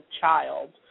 child